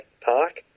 park